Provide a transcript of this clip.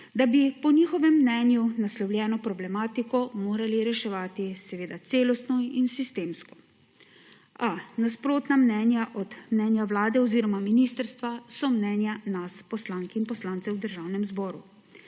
da bi po njihovem mnenju naslovljeno problematiko morali reševati seveda celostno in sistemsko. A nasprotna mnenja od mnenja Vlade oziroma ministrstva so mnenja nas poslank in poslancev v Državnem zboru.